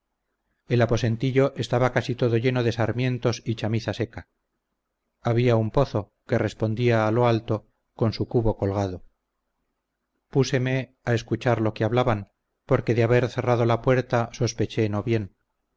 el aposentillo estaba casi todo lleno de sarmientos y chamiza seca había un pozo que respondía a lo alto con su cubo colgado púseme a escuchar lo que hablaban porque de haber cerrado la puerta sospeché no bien